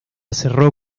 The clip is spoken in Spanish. cerró